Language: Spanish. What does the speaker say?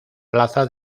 plaza